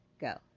go